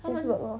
just work lor